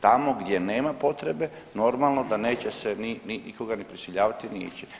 Tamo gdje nema potrebe, normalno da neće se ni nikoga ni prisiljavati, ni ići.